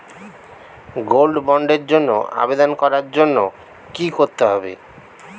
Gold বন্ডের জন্য আবেদন করার জন্য কি করতে হবে?